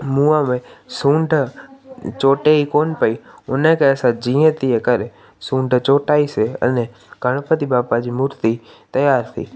मुंहुं में सूंड चोटे ई कोन पेई हुनखे असां जीअं तीअं करे सूंड चोटाईसीं अने गणपती बापा जी मूर्ती तयार थी